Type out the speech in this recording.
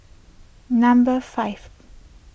number five